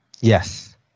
Yes